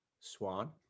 Swan